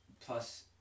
Plus